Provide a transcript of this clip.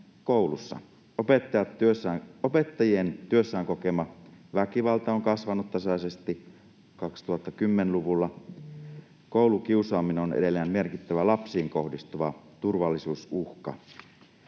Opettajien työssään kokema väkivalta on kasvanut tasaisesti 2010-luvulla, ja koulukiusaaminen on edelleen merkittävä lapsiin kohdistuva turvallisuusuhka.